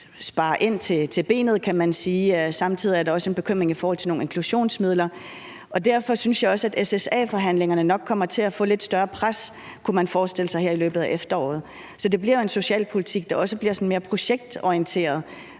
skærer ind til benet, kan man sige, og samtidig er der også en bekymring i forhold til nogle inklusionsmidler. Derfor tror jeg også, at SSA-forhandlingerne nok kommer til at få lidt større pres på, kunne man forestille sig, her i løbet af efteråret. Så det bliver en socialpolitik, der også bliver sådan mere projektorienteret